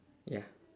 ya